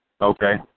Okay